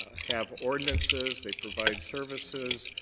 have ordinances, they provide services,